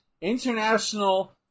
International